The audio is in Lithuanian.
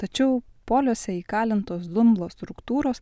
tačiau poliuose įkalintos dumblo struktūros